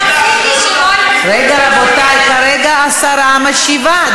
אני רציתי שלא, רגע, רבותי, כרגע השרה משיבה.